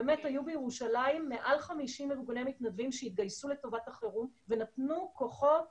היו בירושלים מעל 50 ארגוני מתנדבים שהתגייסו לטובת החירום ונתנו כוחות,